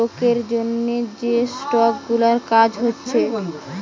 লোকের জন্যে যে স্টক গুলার কাজ হচ্ছে